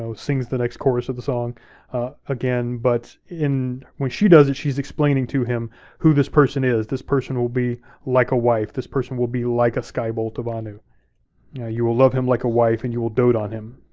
so sings the next chorus of the song again, but when she does it, she's explaining to him who this person is, this person will be like a wife, this person will be like a sky-bolt of anu. now yeah you will love him like a wife, and you will dote on him.